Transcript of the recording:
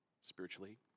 spiritually